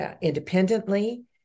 independently